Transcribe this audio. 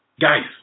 guys